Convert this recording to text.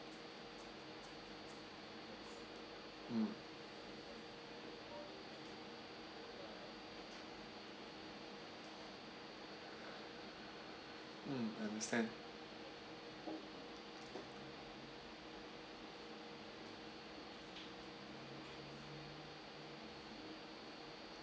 mm mm I understand